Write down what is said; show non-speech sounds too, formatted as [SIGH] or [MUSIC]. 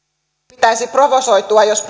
pitäisi provosoitua jos [UNINTELLIGIBLE]